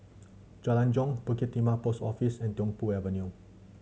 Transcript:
Jalan Jong Bukit Timah Post Office and Tiong Poh Avenue